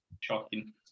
Shocking